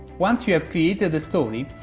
once you have created a story,